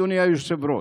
אדוני היושב-ראש,